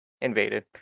invaded